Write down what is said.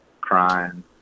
crying